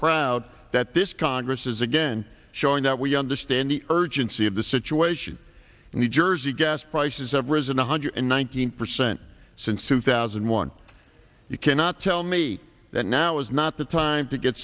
proud that this congress is again showing that we understand the urgency of the situation and the jersey gas prices have risen one hundred and one thousand percent since two thousand and one you cannot tell me that now is not the time to get